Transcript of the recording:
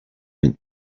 mint